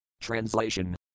Translation